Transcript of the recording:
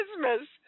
Christmas